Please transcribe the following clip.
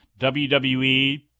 WWE